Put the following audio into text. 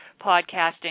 Podcasting